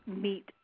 meet